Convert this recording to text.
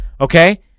Okay